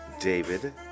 David